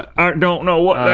i don't know what